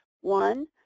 One